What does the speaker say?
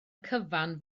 cyfan